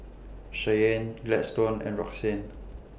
Cheyanne Gladstone and Roxane